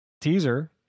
teaser